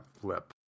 flip